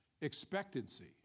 expectancy